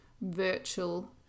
virtual